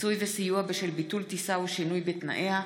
(פיצוי וסיוע בשל ביטול טיסה או שינוי בתנאיה)